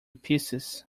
pieces